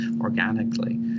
organically